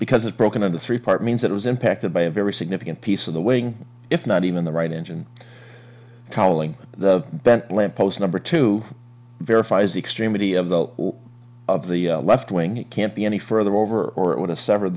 because it's broken into three part means that was impacted by a very significant piece of the wing if not even the right engine cowling the bent lamp post number two verifies extremely of the of the left wing it can't be any further over or it would have sever